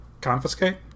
Confiscate